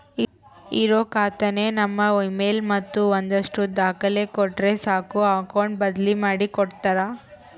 ಇರೋ ಖಾತೆನ ನಮ್ ಇಮೇಲ್ ಮತ್ತೆ ಒಂದಷ್ಟು ದಾಖಲೆ ಕೊಟ್ರೆ ಸಾಕು ಅಕೌಟ್ ಬದ್ಲಿ ಮಾಡಿ ಕೊಡ್ತಾರ